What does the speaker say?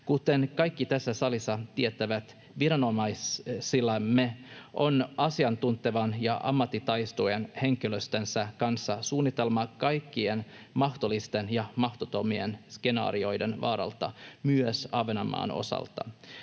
Kuten kaikki tässä salissa tietävät, viranomaisillamme on asiantuntevan ja ammattitaitoisen henkilöstönsä kanssa suunnitelma kaikkien mahdollisten ja mahdottomien skenaarioiden varalta, myös Ahvenanmaan osalta.